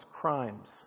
crimes